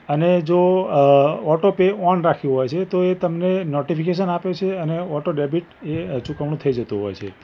અને જો auto pay on રાખ્યું હોય છે તો એ તમને નોટિફિકેશન આપે છે અને ઑટો ડૅબિટ એ ચુકવણી થઇ જતી હોય છે